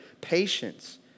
patience